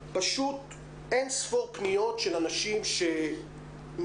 פשוט אין פשוט אין-ספור פניות של אנשים שקובלים